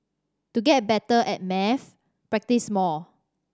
to get better at maths practise more